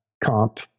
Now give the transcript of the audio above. Comp